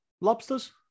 Lobsters